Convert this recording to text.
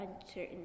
uncertain